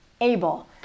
able